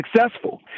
successful